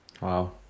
Wow